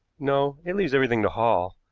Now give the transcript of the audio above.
no it leaves everything to hall,